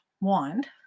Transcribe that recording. wand